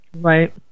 Right